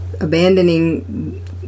abandoning